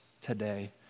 today